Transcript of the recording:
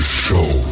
show